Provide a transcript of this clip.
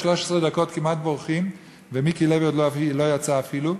13 דקות כמעט בורחות ומיקי לוי עוד לא יצא אפילו,